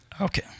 Okay